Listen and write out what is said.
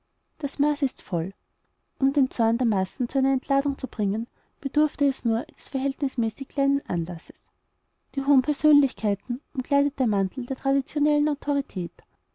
das maß war voll um den zorn der massen zu einer entladung zu bringen bedurfte es nur eines verhältnismäßig kleinen anlasses die hohen persönlichkeiten umkleidet der mantel einer traditionellen autorität